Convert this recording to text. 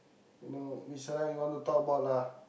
you know which celeb you wanna talk about lah